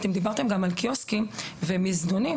דיברתם גם על קיוסקים ומזנונים,